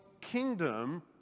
kingdom